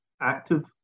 active